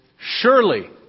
surely